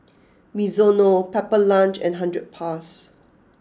Mizuno Pepper Lunch and hundred plus